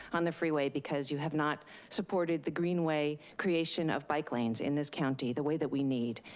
on the freeway because you have not supported the green way, creation of bike lanes in this county, the way that we need.